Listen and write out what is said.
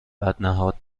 بدنهاد